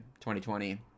2020